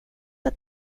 att